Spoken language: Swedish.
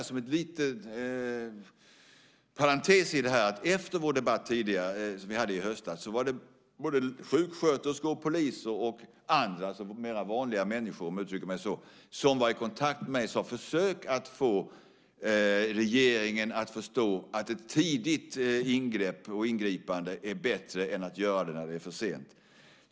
Som en liten parentes i detta kan jag säga att efter den debatt som vi hade i höstas var sjuksköterskor, poliser och andra mer vanliga människor, om jag uttrycker mig så, i kontakt med mig och sade: Försök att få regeringen att förstå att ett tidigt ingripande är bättre än att göra det när det är för sent!